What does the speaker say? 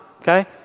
Okay